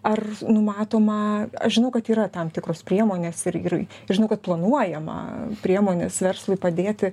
ar numatoma aš žinau kad yra tam tikros priemonės ir ir žinau kad planuojama priemonės verslui padėti